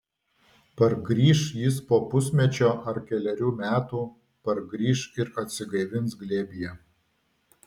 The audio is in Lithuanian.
pargrįš jis po pusmečio ar kelerių metų pargrįš ir atsigaivins glėbyje